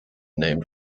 named